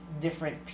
different